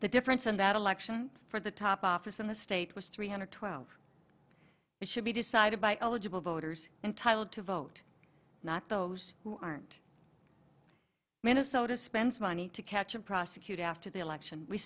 the difference in that election for the top office in the state was three hundred twelve it should be decided by eligible voters entitled to vote not those who aren't minnesota's spends money to catch a prosecutor after the election we